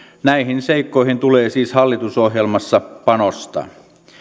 näihin seikkoihin tulee siis hallitusohjelmassa panostaa